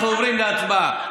אנחנו עוברים להצבעה.